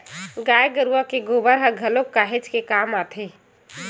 गाय गरुवा के गोबर ह घलोक काहेच के काम आथे